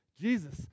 Jesus